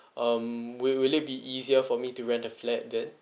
um will will it be easier for me to rent the flat there